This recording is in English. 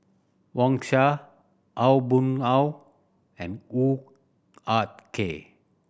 Wang Sha Aw Boon Haw and Hoo Ah Kay